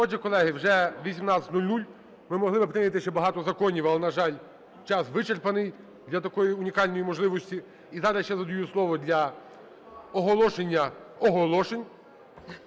Отже, колеги, вже 18:00. Ми могли би прийняти ще багато законів, але, на жаль, час вичерпаний для такої унікальної можливості. І зараз я надаю ще слово для оголошення оголошень